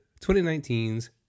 2019's